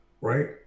right